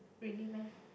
really meh